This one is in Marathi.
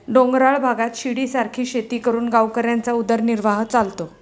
डोंगराळ भागात शिडीसारखी शेती करून गावकऱ्यांचा उदरनिर्वाह चालतो